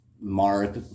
Mark